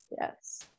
Yes